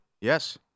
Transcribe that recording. Yes